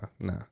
nah